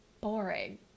boring